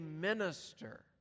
minister